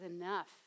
enough